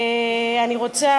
אני רוצה,